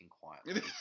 quietly